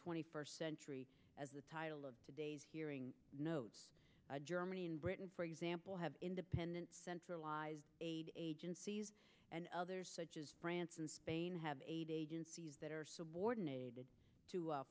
twenty first century as the title of today's hearing notes germany and britain for example have independent centralized aid agencies and others such as france and spain have aid agencies that are subordinated to